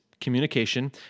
communication